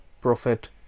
prophet